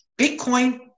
Bitcoin